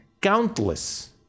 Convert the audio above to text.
countless